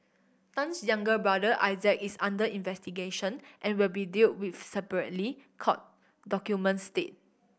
Tan's younger brother Isaac is under investigation and will be deal with separately court documents state